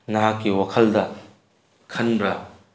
ꯅꯍꯥꯛꯀꯤ ꯋꯥꯈꯜꯗ ꯈꯟꯕ꯭ꯔꯥ